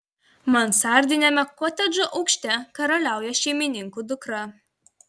mansardiniame kotedžo aukšte karaliauja šeimininkų dukra